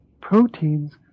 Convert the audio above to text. proteins